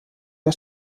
der